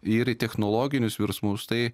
ir į technologinius virsmus tai